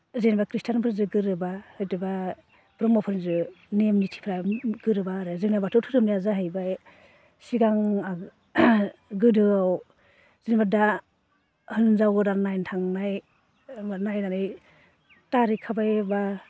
जेनेबा ख्रिस्टानफोरजों गोरोबा हयतुबा ब्रह्मफोरजों नेम नितिफ्रा गोरोबा आरो जोंना बाथौ धोरोमनिया जाहैबाय सिगां गोदोआव जेनेबा दा हिनजाव गोदान नायनो थांनाय नायनानै तारिख खाबाय एबा